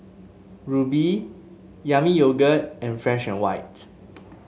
Rubi Yami Yogurt and Fresh And White